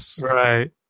Right